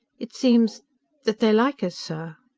it seems that they like us, sir.